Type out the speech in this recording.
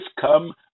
come